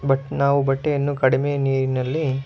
but ನಾವು ಬಟ್ಟೆಯನ್ನು ಕಡಿಮೆ ನೀರಿನಲ್ಲಿ